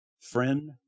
Friend